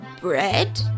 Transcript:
Bread